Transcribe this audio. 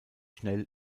schnell